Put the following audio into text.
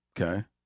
okay